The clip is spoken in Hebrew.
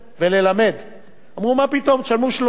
תשלמו 30%. 30%,